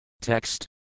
Text